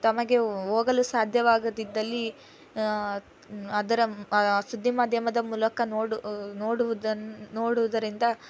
ತಮಗೆ ಹೋಗಲು ಸಾಧ್ಯವಾಗದಿದ್ದಲ್ಲಿ ಅದರ ಮ್ ಸುದ್ದಿ ಮಾಧ್ಯಮದ ಮೂಲಕ ನೋಡ್ ನೋಡುವುದನ್ ನೋಡುವುದರಿಂದ